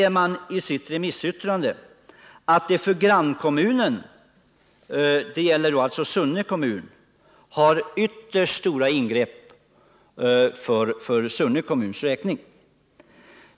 Men man säger i sitt remissyttrande att det för grannkommunens räkning — Sunne kommun — betyder ytterst stora ingrepp.